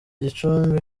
gicumbi